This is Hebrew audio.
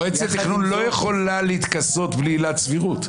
יחד עם זאת --- מועצת תכנון לא יכולה להתכסות בעילת סבירות.